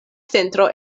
centro